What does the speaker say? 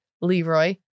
Leroy